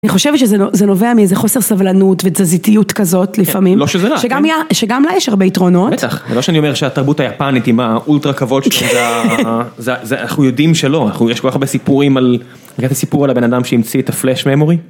אני חושבת שזה נובע מאיזה חוסר סבלנות ותזזיתיות כזאת לפעמים. לא שזה רע. שגם לה יש הרבה יתרונות. בטח. זה לא שאני אומר שהתרבות היפנית עם האולטרה כבוד שלהם זה... אנחנו יודעים שלא, יש כל כך הרבה סיפורים על... את מכירה את הסיפור על הבן אדם שהמציא את ה flash memory?